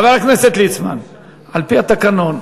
על-פי התקנון,